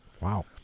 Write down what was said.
Wow